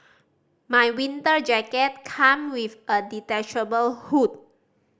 my winter jacket come with a detachable hood